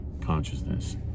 consciousness